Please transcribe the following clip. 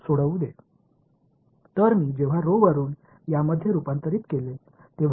எனவே நான் இங்கே rho விலிருந்து இந்த பையனுக்கு மாற்றும்போது எனக்கு தெரியாதது என்ன